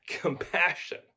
compassion